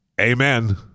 amen